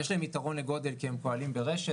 יש להם יתרון בגודל כי הם פועלים ברשת,